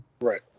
Right